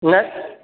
न